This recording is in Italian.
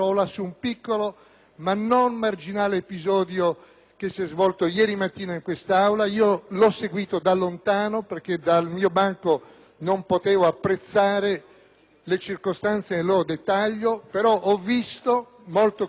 ma non marginale episodio svoltosi ieri mattina in quest'Aula. L'ho seguito da lontano, perché dal mio banco non potevo apprezzare le circostanze nel loro dettaglio, però ho visto molto chiaramente